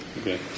Okay